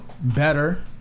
better